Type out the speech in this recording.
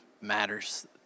matters